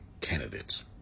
candidates